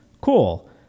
Cool